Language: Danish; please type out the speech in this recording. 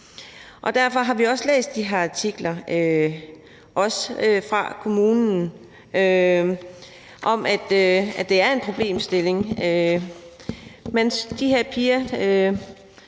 Derfor har vi også læst de her artikler, også fra kommunen, om, at det er en problemstilling.